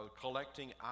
collecting